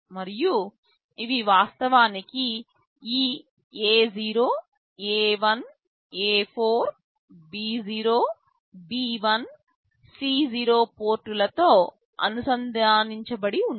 మరియు ఇవి వాస్తవానికి ఈ A0 A1 A4 B0 B1 C0 పోర్టులతో అనుసంధానించబడి ఉన్నాయి